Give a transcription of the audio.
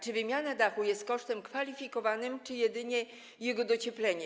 Czy wymiana dachu jest kosztem kwalifikowanym, czy jedynie jego docieplenie?